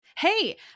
Hey